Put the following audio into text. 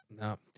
No